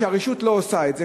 כשהרשות לא עושה את זה,